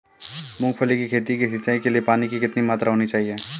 मूंगफली की खेती की सिंचाई के लिए पानी की कितनी मात्रा होनी चाहिए?